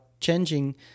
changing